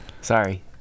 Sorry